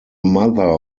mother